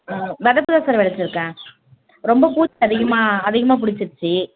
ஆ வெதைப்பு தான் சார் வெதைச்சிருக்கேன் ரொம்ப பூச்சி அதிகமாக அதிகமாக பிடிச்சிருச்சி